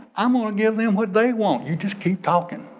i'm gonna give them what they want, you just keep talking.